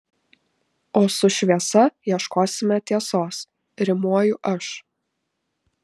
o su šviesa ieškosime tiesos rimuoju aš